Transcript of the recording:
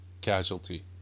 casualty